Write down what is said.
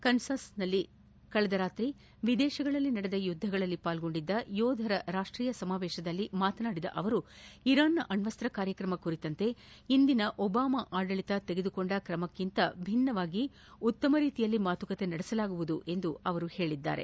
ಕನ್ಸಾಸ್ನಲ್ಲಿ ಕಳೆದ ರಾತ್ರಿ ವಿದೇಶಗಳಲ್ಲಿ ನಡೆದ ಯುದ್ದಗಳಲ್ಲಿ ಪಾಲ್ಗೊಂಡಿದ್ದ ಯೋಧರ ರಾಷ್ಲೀಯ ಸಮಾವೇಶದಲ್ಲಿ ಮಾತನಾಡಿದ ಅವರು ಇರಾನ್ನ ಅಣ್ಣಸ್ತ ಕಾರ್ಯಕ್ರಮ ಕುರಿತಂತೆ ಇಂದಿನ ಒಬಾಮಾ ಆಡಳಿತ ತೆಗೆದುಕೊಂಡ ಕ್ರಮಕ್ಕಿಂತ ಭಿನ್ನವಾಗಿ ಉತ್ತಮ ರೀತಿಯಲ್ಲಿ ಮಾತುಕತೆ ನಡೆಸಲಾಗುವುದು ಎಂದು ಅವರು ಹೇಳದ್ದಾರೆ